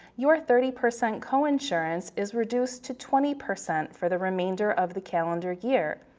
your thirty percent coinsurance is reduced to twenty percent for the remainder of the calendar year.